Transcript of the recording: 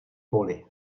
poli